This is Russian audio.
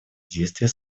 действия